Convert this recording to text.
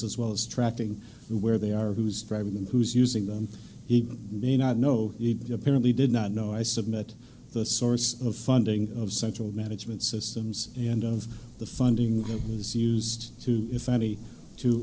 as well as tracking where they are who's driving and who's using them he may not know it you apparently did not know i submit the source of funding of central management systems and of the funding it was used to if any to